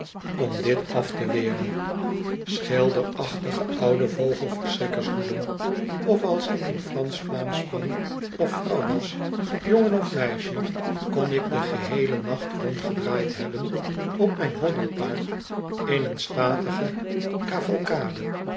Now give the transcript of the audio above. om dit af te weren schilderachtige oude vogelverschrikkershoeden of als ik een fransch vlaamsch man of vrouw was jongen of meisje kon ik den geheelen nacht rondgedraaid hebben op mijn hobbelpaard in een statige cavalcade